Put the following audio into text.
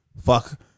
fuck